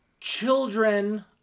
children